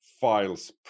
files